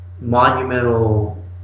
monumental